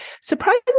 surprisingly